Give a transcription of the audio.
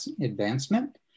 advancement